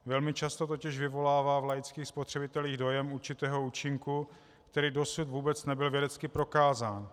Velmi často totiž vyvolává v laických spotřebitelích dojem určitého účinku, který dosud vůbec nebyl vědecky prokázán.